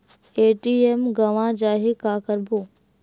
ATM गवां जाहि का करबो?